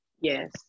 Yes